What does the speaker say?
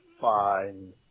fine